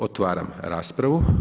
Otvaram raspravu.